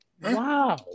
Wow